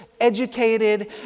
educated